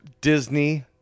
Disney